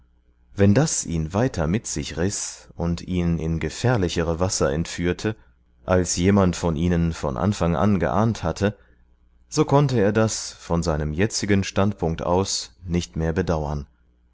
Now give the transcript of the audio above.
wenn das ihn weiter mit sich riß und ihn in gefährlichere wasser entführte als jemand von ihnen von anfang an geahnt hatte so konnte er das von seinem jetzigen standpunkt aus nicht mehr bedauern